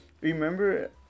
Remember